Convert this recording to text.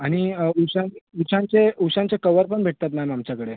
आणि उशां उशांचे उशांचे कवर पण भेटतात मॅम आमच्याकडे